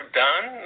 done